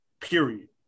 Period